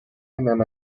نمکـ